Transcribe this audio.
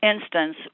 instance